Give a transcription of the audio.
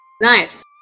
Nice